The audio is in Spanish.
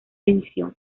división